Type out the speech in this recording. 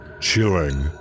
Chilling